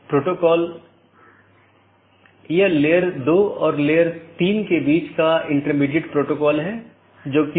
तो 16 बिट के साथ कई ऑटोनॉमस हो सकते हैं